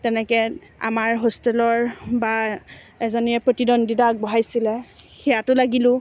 তেনেকৈ আমাৰ হোষ্টেলৰ বা এজনীয়ে প্ৰতিদ্বন্দিতা আগবঢ়াইছিলে সেয়াতো লাগিলোঁ